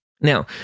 Now